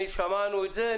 שמענו את זה.